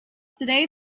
today